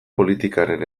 politikaren